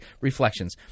reflections